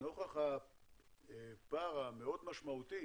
נוכח הפער המאוד משמעותי